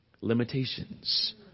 limitations